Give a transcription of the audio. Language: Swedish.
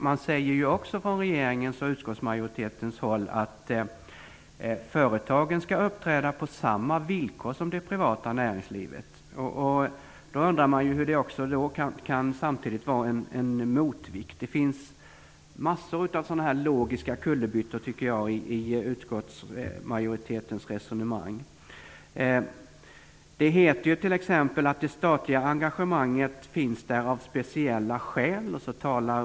Man säger också från regeringens och utskottsmajoritetens håll att företagen skall uppträda på samma villkor som det privata näringslivet. Hur kan de då samtidigt vara en motvikt? Det finns massor av sådana logiska kullerbyttor i utskottsmajoritetens resonemang. Det heter t.ex. att det statliga engagemanget finns där av speciella skäl.